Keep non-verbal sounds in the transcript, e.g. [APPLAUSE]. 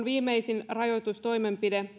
[UNINTELLIGIBLE] viimeisin rajoitustoimenpide [UNINTELLIGIBLE]